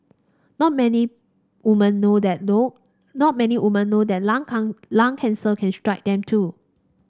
not many woman know that not many woman know that lung lung cancer can strike them too